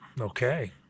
Okay